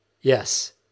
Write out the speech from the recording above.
Yes